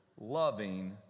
loving